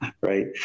right